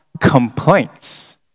complaints